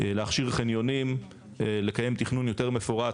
להכשיר חניונים; לקיים תכנון יותר מפורט,